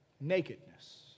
nakedness